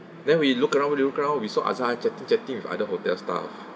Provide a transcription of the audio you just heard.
then we looked around looked around we saw azarhar chatting chatting with other hotel staff